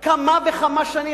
כמה וכמה שנים.